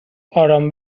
آرام